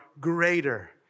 greater